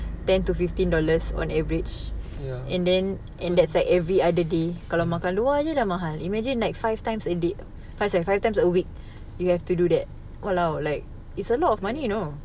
ten to fifteen dollars on average and then and that's like every other day kalau makan luar jer dah mahal imagine like five times a day five times a week you have to do that !walao! like it's a lot of money you know